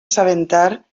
assabentar